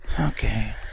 Okay